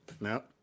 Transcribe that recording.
No